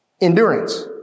endurance